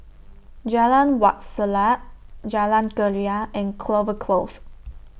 Jalan Wak Selat Jalan Keria and Clover Close